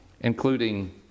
including